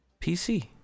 PC